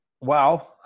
Wow